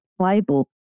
playbook